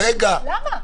רגע.